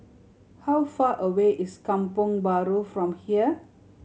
how far away is Kampong Bahru from here